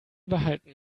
behalten